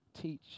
teach